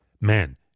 man